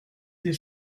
des